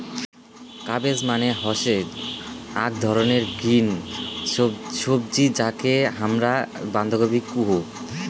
cabbage মানে হসে আক ধরণের গ্রিন সবজি যাকে হামরা বান্ধাকপি কুহু